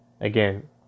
again